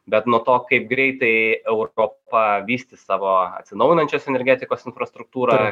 bet nuo to kaip greitai europa vystys savo atsinaujinančios energetikos infrastruktūrą